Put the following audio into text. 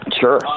sure